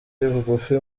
bugufi